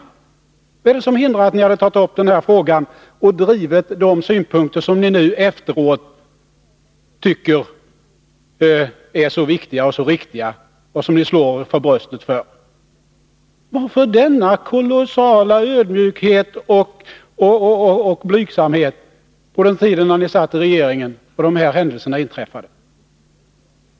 Vad var det som hindrade dem från att ta upp den här frågan och driva de synpunkter som ni nu efteråt tycker är så viktiga och riktiga och slår er för bröstet för? Varför denna kolossala ödmjukhet och blygsamhet på den tid då ni satt i regeringen och dessa händelser inträffade?